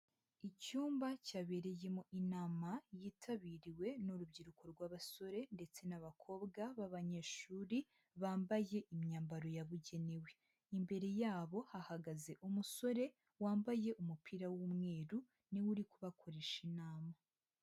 Icyumba cyabereyemo inama yitabiriwe n'urubyiruko rw'abasore ndetse n'abakobwa b'abanyeshuri bambaye imyambaro yabugenewe, imbere yabo hahagaze umusore wambaye umupira w'umweru ni we uri kubakoresha inama.